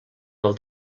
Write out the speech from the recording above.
del